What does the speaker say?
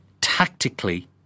tactically